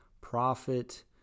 prophet